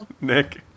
Nick